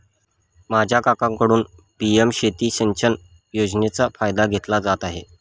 माझा काकांकडून पी.एम शेती सिंचन योजनेचा फायदा घेतला जात आहे